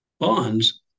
bonds